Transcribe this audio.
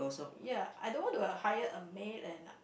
ya I don't want to hired a maid and